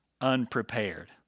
unprepared